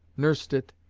nursed it,